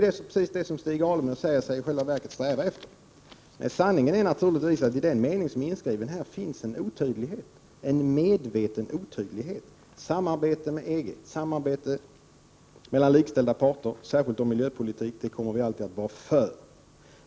Den säger precis det som Stig Alemyr säger sig sträva efter. Sanningen är naturligtvis att det i utskottets skrivning finns en medveten otydlighet. Samarbete med EG, samarbete mellan likställda parter, särskilt om miljöpolitik, kommer vi alltid att vara för.